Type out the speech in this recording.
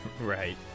right